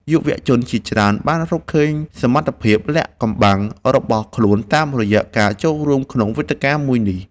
យុវជនជាច្រើនបានរកឃើញសមត្ថភាពលាក់កំបាំងរបស់ខ្លួនតាមរយៈការចូលរួមក្នុងវេទិកាមួយនេះ។